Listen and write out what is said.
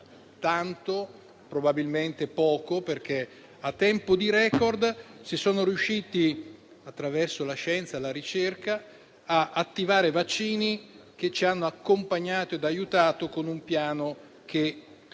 tanto, probabilmente poco, perché a tempo di *record* si sono riusciti, attraverso la scienza e la ricerca, ad attivare vaccini che ci hanno accompagnato e aiutato con un piano che